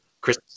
Chris